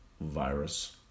virus